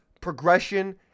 progression